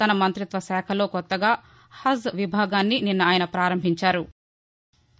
తన మంతిత్వ శాఖలో కొత్తగా హజ్ విభాగాన్ని నిన్న ఆయన పారంభించారు